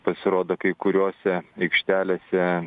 pasirodo kai kuriose aikštelėse